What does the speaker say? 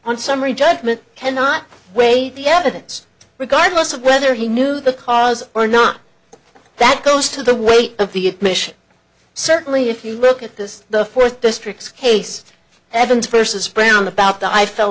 on summary judgment cannot wait the evidence regardless of whether he knew the cause or not that goes to the weight of the admission certainly if you look at this the fourth district's case evans versus brown about the i fell